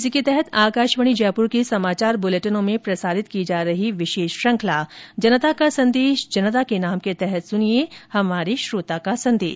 इसी के तहत आकाशवाणी जयपुर के समाचार बुलेटिनों में प्रसारित की जा रही विशेष श्रृखंला जनता का संदेश जनता के नाम के तहत सुनिये हमारे श्रोता का संदेश